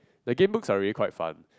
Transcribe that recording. the game books are really quite fun